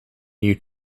new